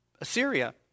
Assyria